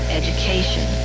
education